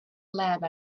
lab